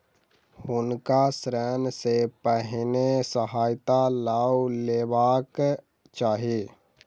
हुनका ऋण सॅ पहिने सहायता लअ लेबाक चाही